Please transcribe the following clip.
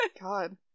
God